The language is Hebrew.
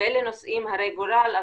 ואלה נושאים הרי גורל,